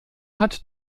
hat